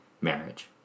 marriage